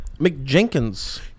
McJenkins